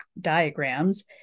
diagrams